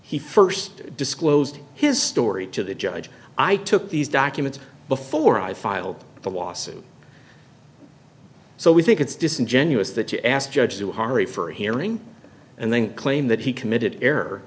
he first disclosed his story to the judge i took these documents before i filed the lawsuit so we think it's disingenuous that you ask judge to hurry for a hearing and then claim that he committed error